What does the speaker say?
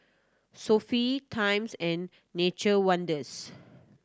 Sofy Times and Nature Wonders